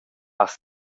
has